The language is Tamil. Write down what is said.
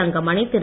தங்கமணி திரு